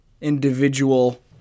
individual